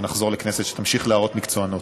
ושנחזור לכנסת שתמשיך להראות מקצוענות.